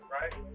right